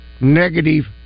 negative